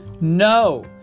No